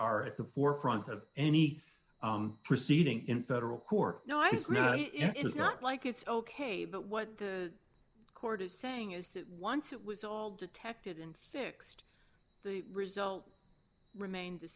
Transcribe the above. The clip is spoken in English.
are at the forefront of any proceeding in federal court no i just know it's not like it's ok but what the court is saying is that once it was all detected and fixed the result remained the